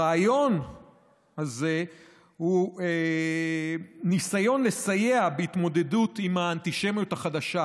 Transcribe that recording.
הרעיון הזה הוא ניסיון לסייע בהתמודדות עם האנטישמיות החדשה.